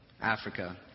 Africa